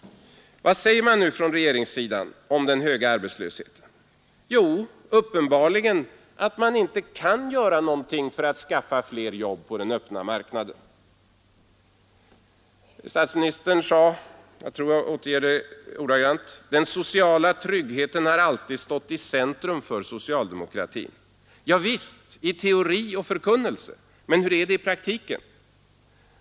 Vad anser man nu från regeringssidan om den höga arbetslösheten? Jo, uppenbarligen att man inte kan göra någonting för att skaffa fler jobb på den öppna marknaden. Statsministern sade — jag tror att jag återger det ordagrant — att den sociala tryggheten har alltid stått i centrum för socialdemokratins praktiska arbete. Javisst, i teori och förkunnelse. Men hur är det i praktiken?